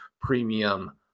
premium